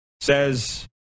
Says